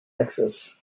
access